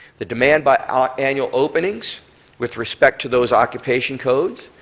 the demand by ah annual openings with respect to those occupation codes,